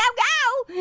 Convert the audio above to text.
yeah go,